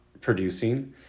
producing